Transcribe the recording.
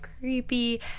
creepy